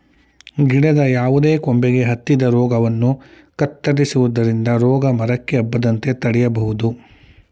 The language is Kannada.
ಗಿಡದ ಯಾವುದೇ ಕೊಂಬೆಗೆ ಹತ್ತಿದ ರೋಗವನ್ನು ಕತ್ತರಿಸುವುದರಿಂದ ರೋಗ ಮರಕ್ಕೆ ಹಬ್ಬದಂತೆ ತಡೆಯಬೋದು